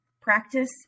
practice